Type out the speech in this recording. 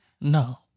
No